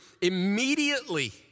Immediately